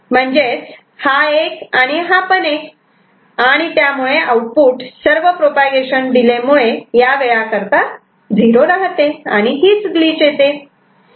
म्हणजेच हा 1 आणि हा पण 1 आणि त्यामुळे आउटपुट सर्व प्रोपागेशन डिले मुळे या वेळा करता 0 राहते आणि हीच ग्लिच येते